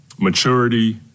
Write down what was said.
maturity